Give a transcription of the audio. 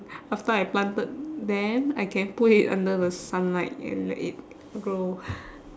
after I planted then I can put it under the sunlight and let it grow